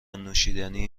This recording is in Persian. نوشیدنی